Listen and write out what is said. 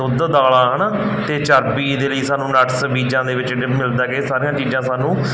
ਦੁੱਧ ਦਾਲਾਂ ਹੈ ਨਾ ਅਤੇ ਚਰਬੀ ਦੇ ਲਈ ਸਾਨੂੰ ਨਟਸ ਬੀਜਾਂ ਦੇ ਵਿੱਚ ਮਿਲਦੇ ਗੇ ਇਹ ਸਾਰੀਆਂ ਚੀਜ਼ਾਂ ਸਾਨੂੰ